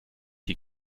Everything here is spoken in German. die